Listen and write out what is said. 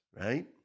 right